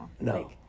No